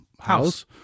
house